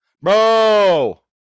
Bro